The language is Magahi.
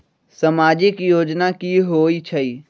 समाजिक योजना की होई छई?